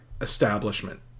establishment